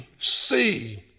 See